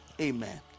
Amen